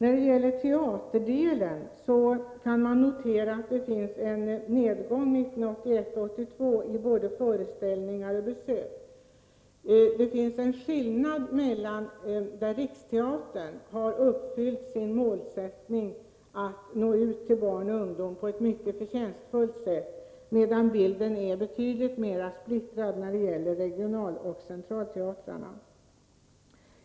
Beträffande teaterdelen kan vi notera att det var en nedgång 1981/82 i fråga om både föreställningar och besök. Det finns en skillnad: Riksteatern har uppfyllt sin målsättning att nå ut till barn och ungdom på ett mycket förtjänstfullt sätt, medan bilden är betydligt mer splittrad i fråga om regionaloch centralteatrarna.